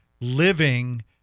living